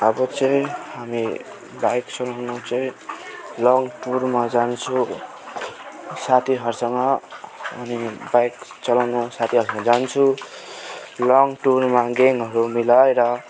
अब चाहिँ हामी बाइक चलाउन चाहिँ लङ टुरमा जान्छौँ साथीहरूसँग अनि बाइक चलाउन साथीहरूसँग जान्छु लङ टुरमा ग्याङ्हरू मिलाएर